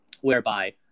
whereby